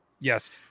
Yes